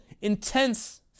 intense